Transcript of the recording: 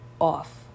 off